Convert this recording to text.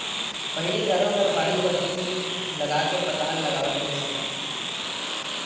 पहिली घरो घर बाड़ी बखरी लगाके पताल लगावत रिहिस हवय